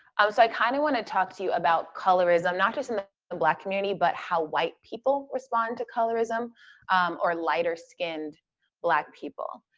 um so i kinda kind of want to talk to you about colorism, not just in the and black community, but how white people respond to colorism or lighter-skinned black people.